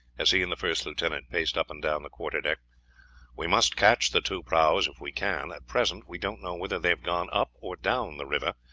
as he and the first lieutenant paced up and down the quarterdeck we must catch the two prahus if we can. at present we don't know whether they have gone up or down the river,